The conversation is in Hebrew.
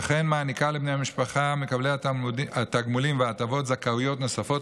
וכן היא מעניקה לבני המשפחה מקבלי התגמולים וההטבות זכאויות נוספות